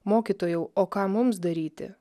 mokytojau o ką mums daryti